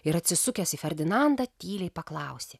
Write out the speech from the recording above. ir atsisukęs į ferdinandą tyliai paklausė